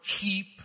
keep